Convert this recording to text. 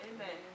Amen